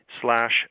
slash